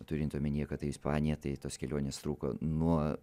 turint omenyje kad ispanija tai tos kelionės truko nuo